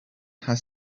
had